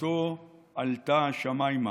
ושוועתו עלתה השמיימה.